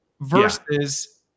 Versus